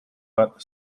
but